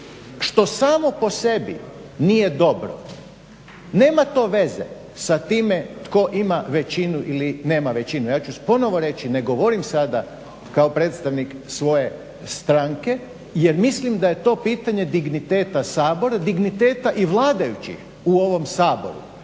što samo po sebi nije dobro. Nema to veze sa time tko ima većinu ili nema većinu. Ja ću ponovo reći, ne govorim sada kao predstavnik svoje stranke jer mislim da je to pitanje digniteta Sabora, digniteta i vladajućih u ovom Saboru.